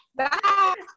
bye